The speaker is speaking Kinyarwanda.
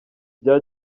bya